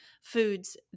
foods